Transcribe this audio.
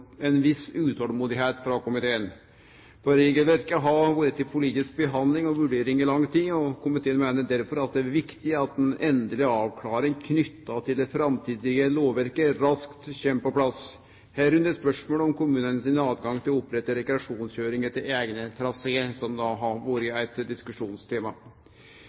ein i komiteen gir uttrykk for eit visst utolmod. Regelverket har vore til politisk behandling og vurdering i lang tid, og komiteen meiner derfor det er viktig at ei endeleg avklaring knytt til det framtidige lovverket raskt kjem på plass, under dette spørsmålet om kommunane sin tilgang til å opprette rekreasjonskjøring etter eigne traséar, som har vore eit diskusjonstema.